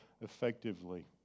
effectively